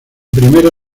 primera